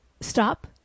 stop